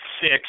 six